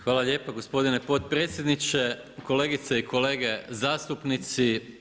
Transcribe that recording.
Hvala lijepo gospodine potpredsjedniče, kolegice i kolege zastupnici.